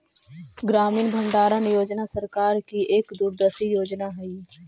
ग्रामीण भंडारण योजना सरकार की एक दूरदर्शी योजना हई